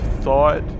thought